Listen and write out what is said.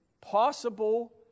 possible